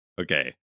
Okay